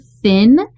thin